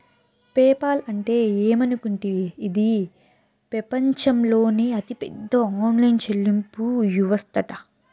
PayPal అంటే ఏమనుకుంటివి, ఇది పెపంచంలోనే అతిపెద్ద ఆన్లైన్ చెల్లింపు యవస్తట